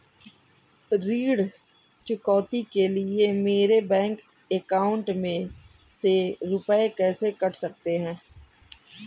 ऋण चुकौती के लिए मेरे बैंक अकाउंट में से रुपए कैसे कट सकते हैं?